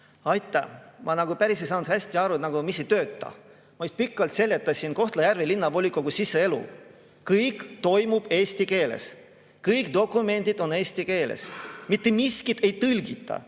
Aitäh! Ma nagu päris ei saanud aru, mis ei tööta. Ma just pikalt seletasin Kohtla-Järve Linnavolikogu siseelu: kõik toimub eesti keeles, kõik dokumendid on eesti keeles, mitte miskit ei tõlgita